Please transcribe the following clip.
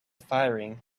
firing